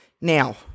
Now